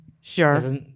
sure